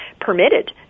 permitted